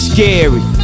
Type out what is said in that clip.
Scary